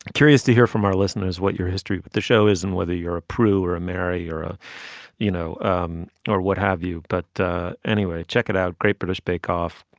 curious to hear from our listeners what your history with the show is and whether you're a prude or a mary or ah you know um or what have you. but anyway check it out. great british bake off.